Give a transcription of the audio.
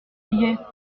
billets